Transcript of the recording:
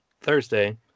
Thursday